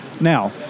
Now